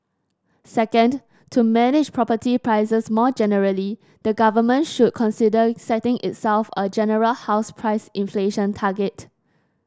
second to manage property prices more generally the government should consider setting itself a general house price inflation target